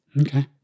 Okay